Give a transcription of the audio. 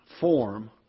form